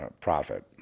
profit